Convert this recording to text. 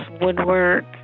woodwork